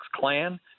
Klan